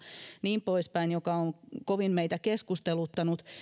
niin poispäin jotka ovat kovin meitä keskusteluttaneet